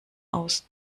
aus